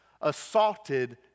assaulted